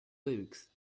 books